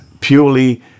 purely